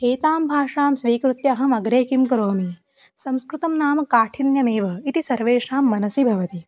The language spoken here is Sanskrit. एतां भाषां स्वीकृत्य अहमग्रे किं करोमि संस्कृतं नाम काठिन्यमेव इति सर्वेषां मनसि भवति